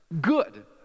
Good